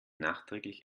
nachträglich